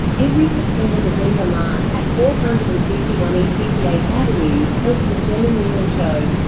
every september the denver mart, at four hundred and fifty one e. fifty eighth avenue, hosts a gem and mineral show.